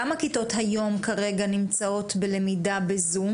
כמה כיתות כרגע נמצאות בלמידה בזום